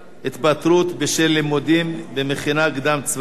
(התפטרות בשל לימודים במכינה קדם-צבאית),